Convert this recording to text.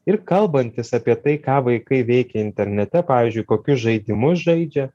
ir kalbantis apie tai ką vaikai veikia internete pavyzdžiui kokius žaidimus žaidžia